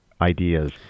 ideas